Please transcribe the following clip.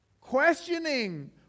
questioning